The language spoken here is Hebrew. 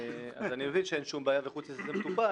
אז אני מבין שאין שום בעיה וחוץ מזה זה מטופל,